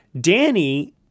Danny